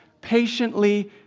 patiently